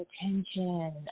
attention